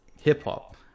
hip-hop